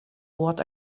what